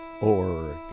org